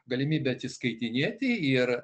galimybė atsiskaitinėti ir